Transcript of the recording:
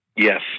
Yes